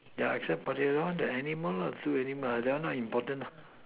yeah except but they don't want the animal lah two animal ah that one not important lah